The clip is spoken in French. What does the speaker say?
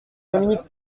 dominique